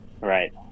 Right